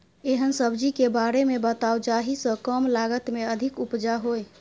एहन सब्जी के बारे मे बताऊ जाहि सॅ कम लागत मे अधिक उपज होय?